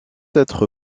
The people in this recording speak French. être